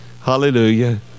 Hallelujah